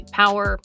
power